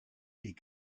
est